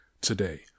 today